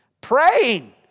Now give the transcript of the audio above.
praying